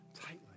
tightly